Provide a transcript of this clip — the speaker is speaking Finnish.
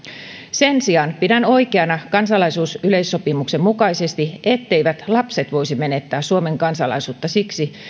sen sijaan pidän oikeana kansalaisuusyleissopimuksen mukaisesti etteivät lapset voisi menettää suomen kansalaisuutta siksi